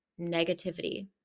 negativity